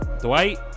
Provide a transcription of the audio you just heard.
Dwight